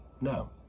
No